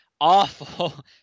awful